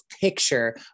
picture